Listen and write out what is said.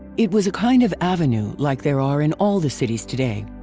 it was a kind of avenue like there are in all the cities today.